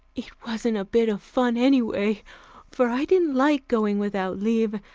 it wasn't a bit of fun, anyway, for i didn't like going without leave,